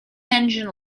engine